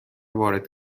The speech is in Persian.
وارد